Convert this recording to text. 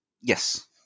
Yes